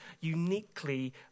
uniquely